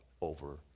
over